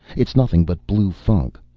it's nothing but blue funk!